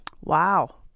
Wow